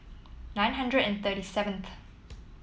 nine hundred and thirty seventh